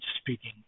speaking